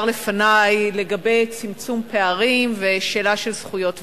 לפני לגבי צמצום פערים ושאלה של זכויות וחובות.